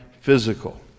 physical